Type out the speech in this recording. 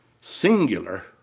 Singular